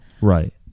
Right